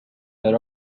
there